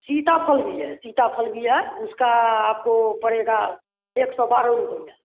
सीताफल भी है सीताफल भी है उसका आपको पड़ेगा एक सौ बारह रुपया